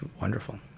wonderful